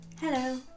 Hello